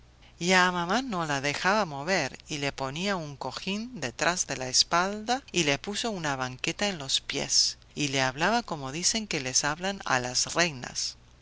a mamá no la dejaba mover y le ponía un cojín detrás de la espalda y le puso una banqueta en los pies y le hablaba como dicen que les hablan a las reinas